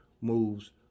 moves